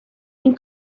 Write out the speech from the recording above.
این